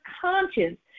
conscience